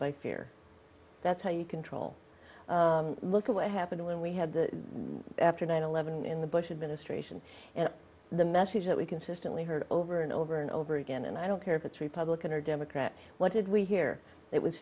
by fear that's how you control look at what happened when we had the after nine eleven in the bush administration and the message that we consistently heard over and over and over again and i don't care if it's republican or democrat what did we hear it was